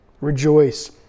rejoice